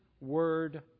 word